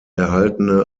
erhaltene